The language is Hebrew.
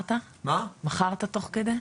מכרת תוך כדי?